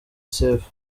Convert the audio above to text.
sefu